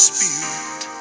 Spirit